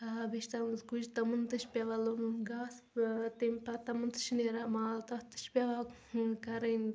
ٲں بیٚیہِ چھِ تتھ منٚز کُجہٕ تِمن تہِ چھُ پیٚوان لوٗنن گاسہٕ ٲں تمہِ پتہٕ تِمن چھُ نیران مال تتھ تہِ چھُ پیٚوان کرٕنۍ